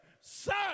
son